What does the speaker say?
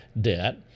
debt